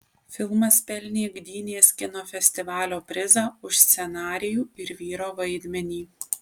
filmas pelnė gdynės kino festivalio prizą už scenarijų ir vyro vaidmenį